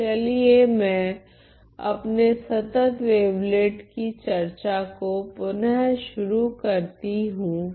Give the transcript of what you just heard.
तो चलिए मैं अपने संतत् वेवलेट्स कि चर्चा को पुनः शुरू करती हूँ